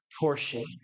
portion